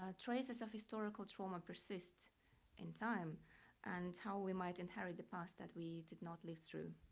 ah traces of historical trauma persist in time and how we might inherit the past that we did not live through.